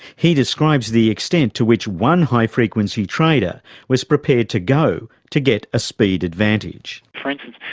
he describes the extent to which one high-frequency trader was prepared to go to get a speed advantage. for instance,